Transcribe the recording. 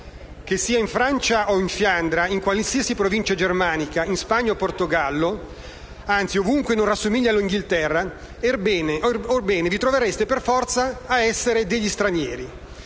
Che sia in Francia o Fiandra, in qualsiasi provincia germanica, in Spagna o Portogallo, anzi, ovunque non rassomigli all'Inghilterra, orbene, vi troverete per forza a essere degli stranieri.